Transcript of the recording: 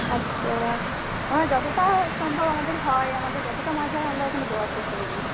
আচ্ছা আমাদের যতোটা সম্ভব আমাদের হয় আমাদের যতোটা মাছ হয় ওখানে দেওয়ার চেষ্টা করবো